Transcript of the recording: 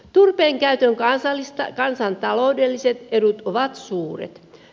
turpeen käytön kansantaloudelliset edut ovat suuret